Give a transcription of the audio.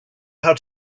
how